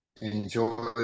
enjoy